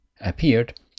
appeared